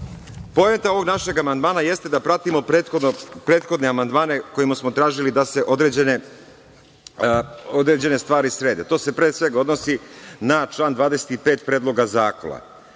Poenta ovog našeg amandmana jeste da pratimo prethodne amandmane kojima smo tražili da se određene stvari srede. To se pre svega odnosi na član 25. Predloga zakona. Ovaj